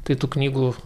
tai tų knygų